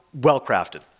well-crafted